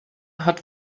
hat